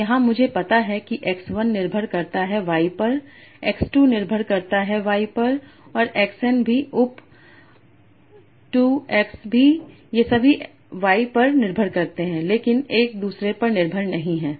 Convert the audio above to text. तो यहाँ मुझे पता है कि x 1 निर्भर करता है y पर x 2 निर्भर करता है y पर और x n भी उप 2 x भीये सभी केवल y पर निर्भर करते हैं लेकिन एक दूसरे पर निर्भर नहीं है